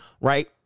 right